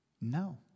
No